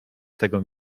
tego